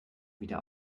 wieder